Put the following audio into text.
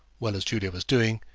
well as julia was doing,